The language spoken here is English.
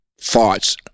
thoughts